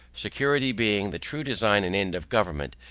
security being the true design and end of government,